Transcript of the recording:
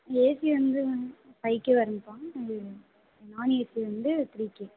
AC வந்து வந்து five K வருதுப்பா இது நான்ஏசி வந்து த்ரீ கே